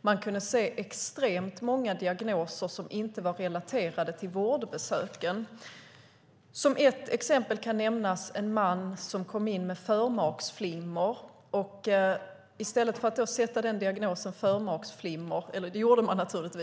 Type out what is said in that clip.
Man kunde se extremt många diagnoser som inte var relaterade till vårdbesöken. Som ett exempel kan nämnas en man som kom in med förmaksflimmer. Man satte naturligtvis diagnosen förmaksflimmer.